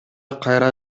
кайра